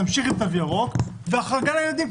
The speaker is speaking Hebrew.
להמשיך עם תו ירוק והחרגה לילדים,